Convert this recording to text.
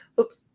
Oops